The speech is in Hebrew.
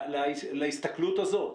להסתכלות הזאת.